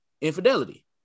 infidelity